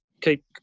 keep